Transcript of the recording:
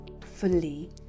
fully